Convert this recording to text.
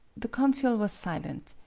the consul was silent.